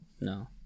No